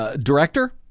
director